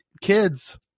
kids